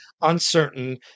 uncertain